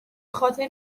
خاطر